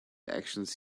actions